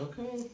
Okay